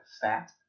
fat